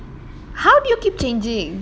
how do you keep changing